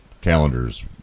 calendar's